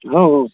हँ हँ